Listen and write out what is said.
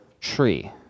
tree